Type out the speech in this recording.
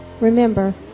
Remember